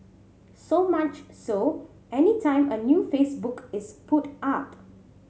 so much so any time a new Facebook is put up